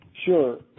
Sure